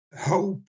hope